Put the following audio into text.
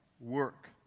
work